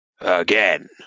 Again